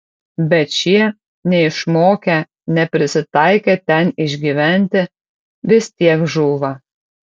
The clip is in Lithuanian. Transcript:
bet šie neišmokę neprisitaikę ten išgyventi vis tiek žūva